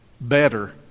better